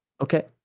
Okay